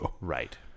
right